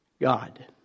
God